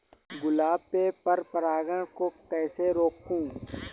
गुलाब में पर परागन को कैसे रोकुं?